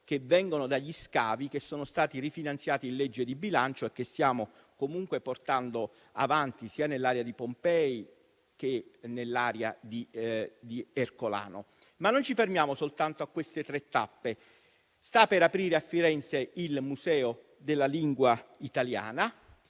che vengono dagli scavi che sono stati rifinanziati in legge di bilancio e che stiamo comunque portando avanti sia nell'area di Pompei, sia nell'area di Ercolano. Non ci fermiamo soltanto a queste tre tappe, però, perché sta per aprire a Firenze il Museo della lingua italiana,